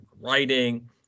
writing